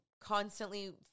constantly